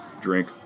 Drink